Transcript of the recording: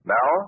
Now